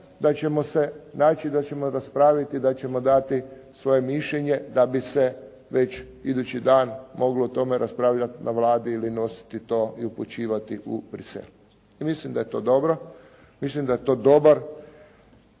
da ćemo se naći, da ćemo raspraviti, da ćemo dati svoje mišljenje da bi se već idući dan moglo o tome raspravljati na Vladi ili nositi to i upućivati u Bruxelles. I mislim da je to dobro. Mislim da je to dobar